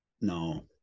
No